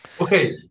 Okay